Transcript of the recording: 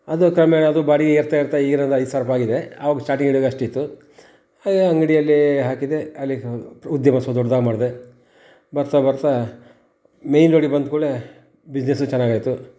ಅದು ಕ್ರಮೇಣ ಅದು ಬಾಡಿಗೆ ಏರ್ತ ಏರ್ತ ಈಗ ನನ್ನ ಐದು ಸಾವಿರ ರುಪಾಯ್ ಆಗಿದೆ ಆವಾಗ ಸ್ಟಾರ್ಟಿಂಗ್ ಹಿಡಿವಾಗ ಅಷ್ಟಿತ್ತು ಹಾಗೆ ಅಂಗಡಿಯಲ್ಲೀ ಹಾಕಿದೆ ಅಲ್ಲಿ ಉದ್ಯಮ ಸ್ವಲ್ಪ ದೊಡ್ದಾಗಿ ಮಾಡಿದೆ ಬರ್ತಾ ಬರ್ತಾ ಮೇಯ್ನ್ ರೋಡಿಗೆ ಬಂದ ಕೂಡಲೇ ಬಿಸ್ನೆಸ್ಸು ಚೆನ್ನಾಗಾಯ್ತು